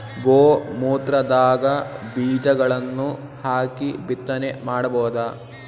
ಗೋ ಮೂತ್ರದಾಗ ಬೀಜಗಳನ್ನು ಹಾಕಿ ಬಿತ್ತನೆ ಮಾಡಬೋದ?